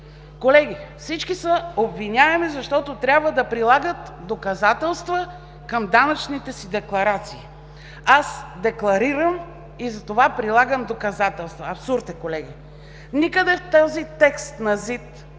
Колеги, всички са обвиняеми, защото трябва да прилагат доказателства към данъчните си декларации. Аз декларирам и затова прилагам доказателства. Абсурд е, колеги! Никъде в този текст на ЗИД не се